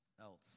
else